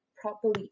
properly